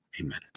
amen